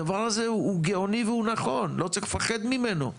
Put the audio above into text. הדבר הזה הוא גאוני והוא נכון אנחנו לא צריכים לפחד ממנו,